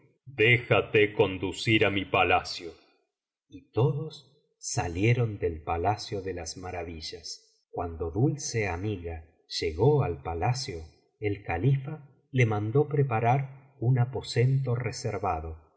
déjate conducir á mi palacio y todos salieron del palacio de las maravillas cuando dulce amiga llegó al palacio el caliía le mandó preparar un aposento reservado y